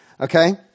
Okay